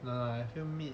no lah I feel meat